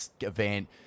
event